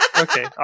okay